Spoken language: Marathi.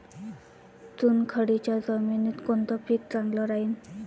चुनखडीच्या जमिनीत कोनचं पीक चांगलं राहीन?